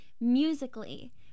musically